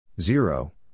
zero